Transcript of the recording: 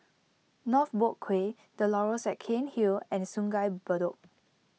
North Boat Quay the Laurels at Cairnhill and Sungei Bedok